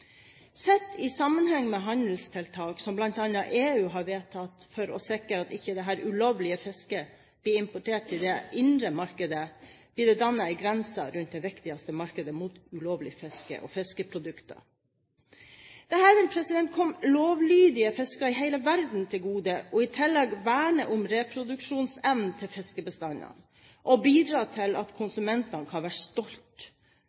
Sett i sammenheng med handelstiltak som bl.a. EU har vedtatt for å sikre at dette ulovlige fisket ikke blir importert til det indre markedet, blir det dannet en grense rundt de viktigste markedene mot ulovlig fisk og fiskeprodukter. Dette vil komme lovlydige fiskere i hele verden til gode, og i tillegg verne om reproduksjonsevnen til fiskebestandene og bidra til at